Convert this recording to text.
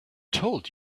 told